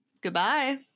Goodbye